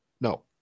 no